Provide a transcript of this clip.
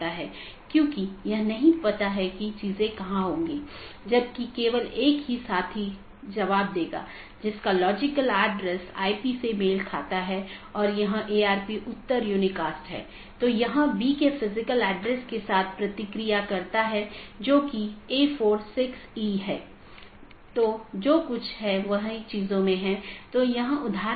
इसलिए जो हम देखते हैं कि मुख्य रूप से दो तरह की चीजें होती हैं एक है मल्टी होम और दूसरा ट्रांजिट जिसमे एक से अधिक कनेक्शन होते हैं लेकिन मल्टी होमेड के मामले में आप ट्रांजिट ट्रैफिक की अनुमति नहीं दे सकते हैं और इसमें एक स्टब प्रकार की चीज होती है जहां केवल स्थानीय ट्रैफ़िक होता है मतलब वो AS में या तो यह उत्पन्न होता है या समाप्त होता है